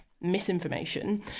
misinformation